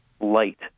light